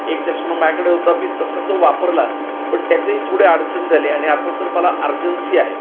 एक चष्मा माझ्याकडे होता मी तसा तो वापरला पण त्याचंही थोडे अडचण झाली आणि आता तर मला आर्जन्सी आहे